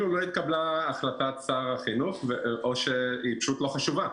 לא התקבלה החלטת שר החינוך או שהיא פשוט לא חשובה.